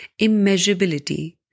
immeasurability